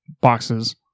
boxes